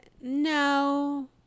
no